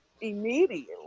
immediately